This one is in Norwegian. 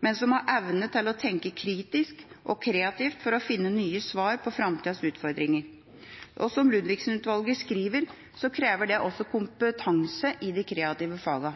men som har evne til å tenke kritisk og kreativt for å finne nye svar på framtidas utfordringer. Som Ludvigsen-utvalget skriver, krever det også kompetanse i de kreative fagene.